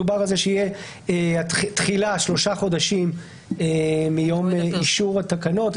דובר על כך שהתחילה תהיה 3 חודשים מיום אישור התקנות.